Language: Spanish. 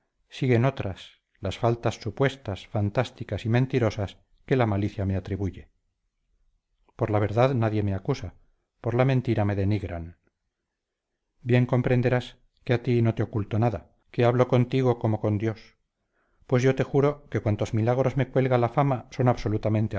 siguen otras las faltas supuestas fantásticas y mentirosas que la malicia me atribuye por la verdad nadie me acusa por la mentira me denigran bien comprenderás que a ti no te oculto nada que hablo contigo como con dios pues yo te juro que cuantos milagros me cuelga la fama son absolutamente